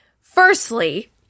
firstly